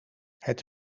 het